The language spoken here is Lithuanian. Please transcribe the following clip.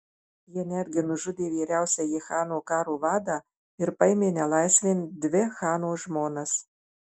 jie netgi nužudė vyriausiąjį chano karo vadą ir paėmė nelaisvėn dvi chano žmonas